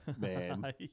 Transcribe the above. man